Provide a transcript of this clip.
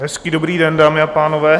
Hezký dobrý den, dámy a pánové.